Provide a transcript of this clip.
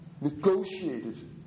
negotiated